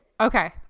Okay